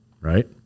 right